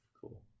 cool